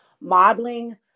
modeling